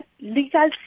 legal